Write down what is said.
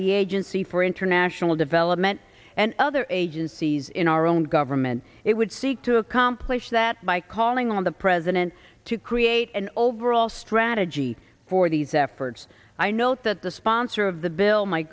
the agency for international development and other agencies in our own government it would seek to accomplish that by calling on the president to create an overall strategy for these efforts i note that the sponsor of the bill my